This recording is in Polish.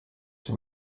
czy